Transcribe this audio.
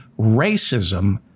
racism